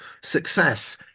success